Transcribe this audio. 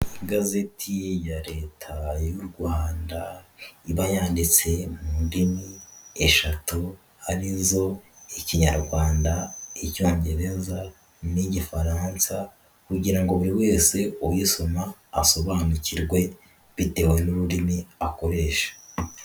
Igazeti ya leta y'u Rwanda iba yanditse mu ndimi eshatu arizo ikinyarwanda, icyongereza, n'igifaransa. Kugira ngo buri wese uyisoma asobanukirwe bitewe n'ururimi akoresha.